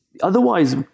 otherwise